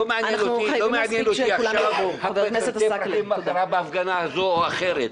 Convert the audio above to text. לא מעניין אותי עכשיו אם אתם צריכים הכרה בהפגנה הזו או אחרת,